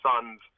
sons